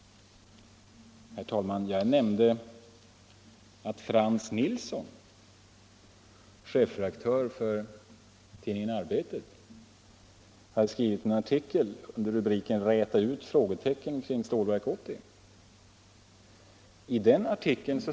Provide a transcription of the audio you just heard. Herr talman! Jag nämnde att Frans Nilsson, chefredaktör för tidningen Arbetet, hade skrivit en artikel under rubriken ”Räta ut frågetecken kring Stålverk 80”.